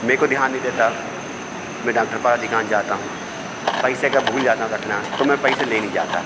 मेरे को ध्यान नहीं देता मैं डाक्टर पास अधिकांश जाता हूँ पैसे का भूल जाता हूँ रखना तो मैं पैसे ले नहीं जाता